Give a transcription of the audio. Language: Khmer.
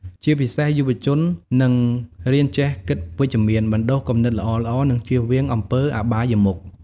ជាពិសេសយុវជននឹងរៀនចេះគិតវិជ្ជមាន បណ្តុះគំនិតល្អៗ និងចៀសវាងអំពើអបាយមុខ។